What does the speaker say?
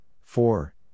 four